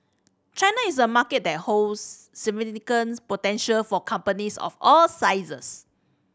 China is a market that holds significant potential for companies of all sizes